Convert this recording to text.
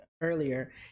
earlier